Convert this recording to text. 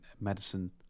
medicine